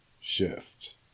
shift